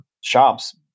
shops